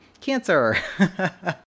cancer